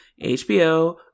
HBO